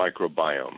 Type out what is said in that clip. microbiome